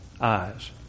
eyes